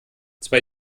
zwei